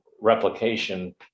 replication